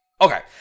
okay